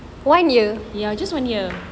ya just one year